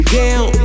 down